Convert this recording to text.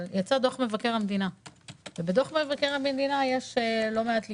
יצא דוח מבקר המדינה שציין לא מעט ליקויים.